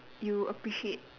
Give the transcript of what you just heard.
you appreciate